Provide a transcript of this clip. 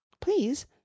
please